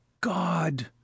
God